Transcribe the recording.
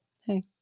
hey